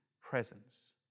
presence